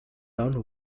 done